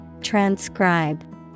Transcribe